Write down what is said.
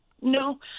No